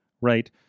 Right